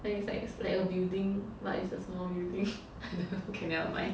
then it's like it's like a building but it's a small building okay never mind